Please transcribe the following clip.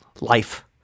life